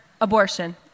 Abortion